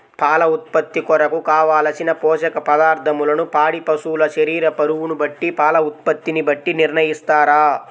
పాల ఉత్పత్తి కొరకు, కావలసిన పోషక పదార్ధములను పాడి పశువు శరీర బరువును బట్టి పాల ఉత్పత్తిని బట్టి నిర్ణయిస్తారా?